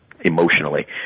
emotionally